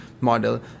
model